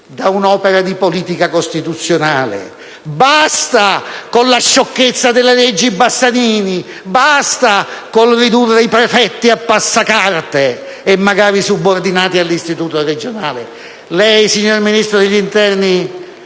da un'opera di politica costituzionale. Basta con la sciocchezza delle leggi Bassanini! Basta col ridurre i prefetti a passacarte, magari anche subordinati all'istituto regionale! Lei, signor Ministro dell'interno,